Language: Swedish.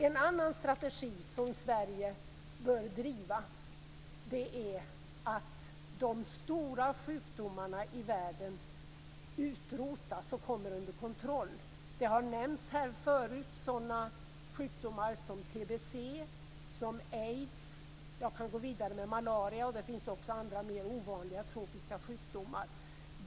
En annan strategi som Sverige bör driva är att de stora sjukdomarna i världen utrotas eller kommer under kontroll. Det har här förut nämnts sådana sjukdomar som TBC, aids och malaria, och det finns också andra mer ovanliga tropiska sjukdomar.